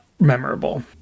memorable